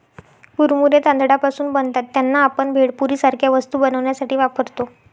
कुरमुरे तांदळापासून बनतात त्यांना, आपण भेळपुरी सारख्या वस्तू बनवण्यासाठी वापरतो